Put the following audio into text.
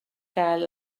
gael